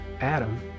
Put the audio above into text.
Adam